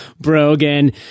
Brogan